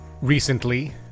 recently